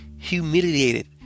humiliated